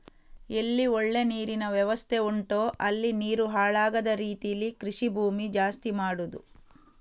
ಎಲ್ಲಿ ಒಳ್ಳೆ ನೀರಿನ ವ್ಯವಸ್ಥೆ ಉಂಟೋ ಅಲ್ಲಿ ನೀರು ಹಾಳಾಗದ ರೀತೀಲಿ ಕೃಷಿ ಭೂಮಿ ಜಾಸ್ತಿ ಮಾಡುದು